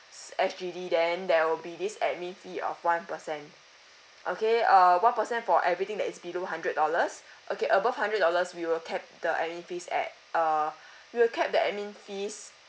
s~ S_G_D then there will be this admin fee of one percent okay uh one percent for everything that is below hundred dollars okay above hundred dollars we will cap the admin fees at uh we will cap the admin fees